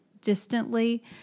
distantly